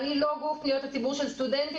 אני לא גוף פניות הציבור של סטודנטים.